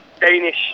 Danish